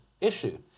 issue